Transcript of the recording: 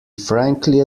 frankly